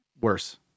Worse